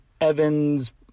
Evans